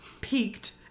peaked